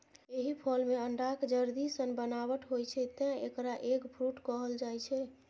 एहि फल मे अंडाक जर्दी सन बनावट होइ छै, तें एकरा एग फ्रूट कहल जाइ छै